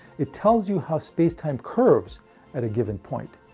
it tells you how space-time curves at a given point.